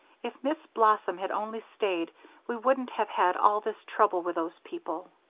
if miss blossom had only stayed we wouldn't have had all this trouble with those people.